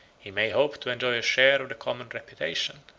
he may hope to enjoy a share of the common reputation.